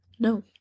No